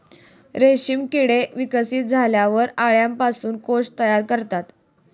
रेशीम किडे विकसित झाल्यावर अळ्यांपासून कोश तयार करतात